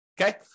Okay